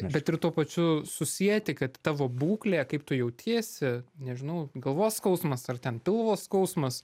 bet ir tuo pačiu susieti kad tavo būklė kaip tu jautiesi nežinau galvos skausmas ar ten pilvo skausmas